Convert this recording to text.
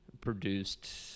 produced